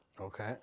Okay